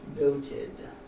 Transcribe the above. Noted